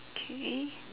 okay